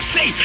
Say